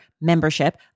membership